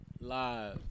live